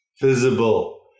visible